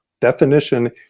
definition